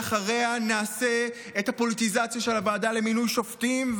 ואחריה נעשה את הפוליטיזציה של הוועדה למינוי שופטים,